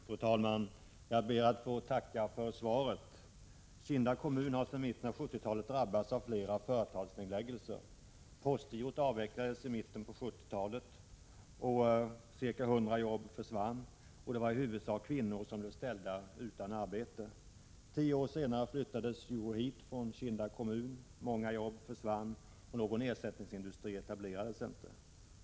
Fru talman! Jag ber att få tacka för svaret. Kinda kommun har sedan mitten av 1970-talet drabbats av flera företagsnedläggelser. Postgirot avvecklades i mitten av 1970-talet. Ca 100 jobb försvann. Det var i huvudsak kvinnor som blev ställda utan arbete. Tio år senare flyttades Euroheat från Kinda kommun. Många jobb försvann och någon ersättningsindustri etablerades inte.